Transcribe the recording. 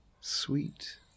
sweet